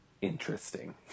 interesting